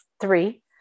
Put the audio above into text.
three